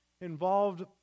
involved